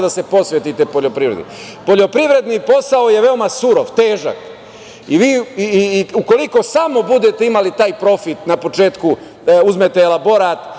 da se posvetite poljoprivredi. Poljoprivredni posao je veoma surov, težak i ukoliko samo budete imali taj profit, na početku uzmete elaborat,